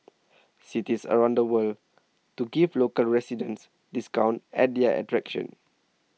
cities around the world to give local residents discounts at their attractions